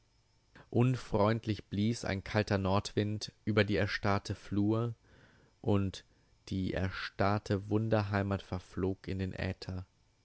unfreundlich blies ein kalter nordwind über die erstarrte flur und die erstarrte wunderheimat verflog in den äther